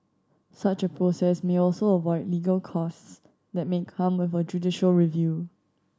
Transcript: such a process may also avoid legal costs that may come with a judicial review